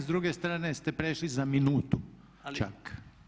S druge strane ste prešli za minutu čak.